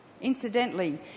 Incidentally